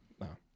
No